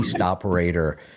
operator